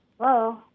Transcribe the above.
Hello